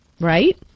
Right